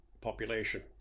population